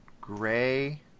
gray